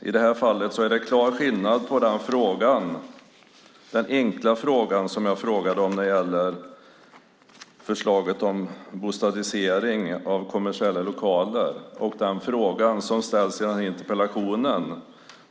I det här fallet är det en klar skillnad mellan den enkla fråga som jag ställde om "bostadisering" av kommersiella lokaler och den fråga som ställs i den här interpellationen.